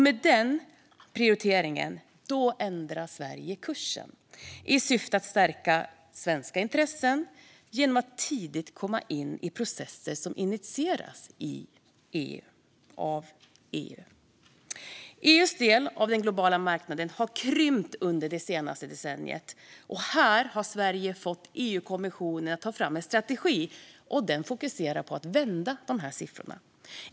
Med den prioriteringen ändrar Sverige kursen i syfte att stärka svenska intressen genom att tidigt komma in i processer som initieras i och av EU. EU:s del av den globala marknaden har krympt under det senaste decenniet. Sverige har fått EU-kommissionen att ta fram en strategi som fokuserar på att vända dessa siffror.